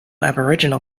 aboriginal